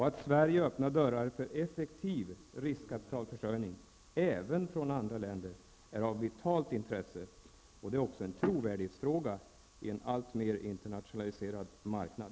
Att Sverige öppnar dörrar för effektiv riskkapitalförsörjning, även från andra länder, är av vitalt intresse och en trovärdighetsfråga i en alltmer internationaliserad marknad.